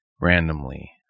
randomly